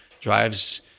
drives –